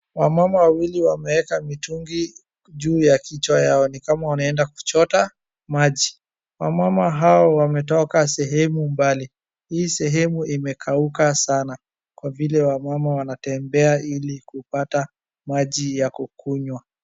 Wamama wawili wameeka mitungi juu ya kichwa yao, nikama wanaenda kuchota maji. Wamama hao wametoka sehemu mbali, hii sehemu imekauka sana kwa vile wamama wanatembea ili kupata maji ya kunywa.